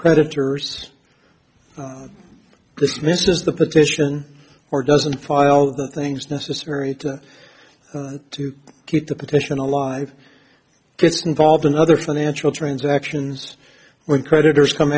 creditors this misses the position or doesn't follow the things necessary to to keep the petition alive gets involved another financial transactions when creditors come